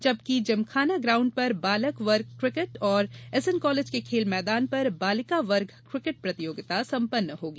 जबकि जिमखाना ग्राउण्ड पर बालक वर्ग क्रिकेट एवं एसएन कॉलेज के खेल मैदान पर बालिका वर्ग क्रिकेट प्रतियोगिताएं सम्पन्न होगी